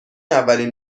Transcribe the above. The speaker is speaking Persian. اولین